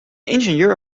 ingenieur